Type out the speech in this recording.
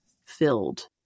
filled